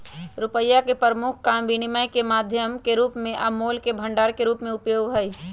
रुपइया के प्रमुख काम विनिमय के माध्यम के रूप में आ मोल के भंडार के रूप में उपयोग हइ